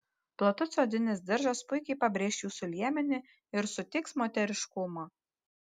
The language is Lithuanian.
platus odinis diržas puikiai pabrėš jūsų liemenį ir suteiks moteriškumo